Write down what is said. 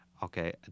Okay